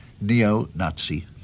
neo-Nazi